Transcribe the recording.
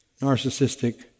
narcissistic